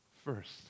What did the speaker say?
First